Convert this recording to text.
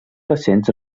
recents